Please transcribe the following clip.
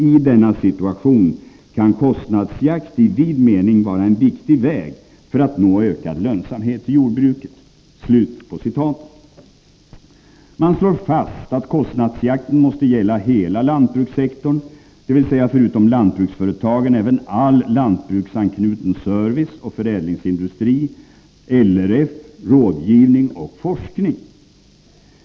I denna situation kan kostnadsjakt i vid mening vara en viktig väg för att nå ökad lönsamhet i jordbruket.” Man slår fast att kostnadsjakten måste gälla hela lantbrukssektorn, dvs. förutom lantbruksföretagen även all lantbruksanknuten service och förädlingsindustri, LRF, rådgivning och forskning.